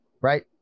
right